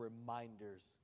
reminders